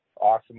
awesome